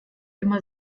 immer